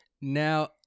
Now